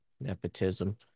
nepotism